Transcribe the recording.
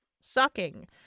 sucking